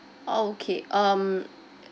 okay um